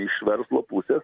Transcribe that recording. iš verslo pusės